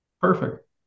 Perfect